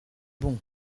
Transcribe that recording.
bon